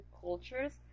cultures